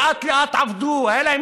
עבדו לאט-לאט,